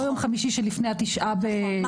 לא יום חמישי שלפני ה-9 בינואר.